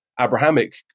Abrahamic